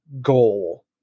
goal